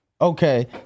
Okay